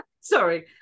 sorry